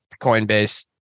Coinbase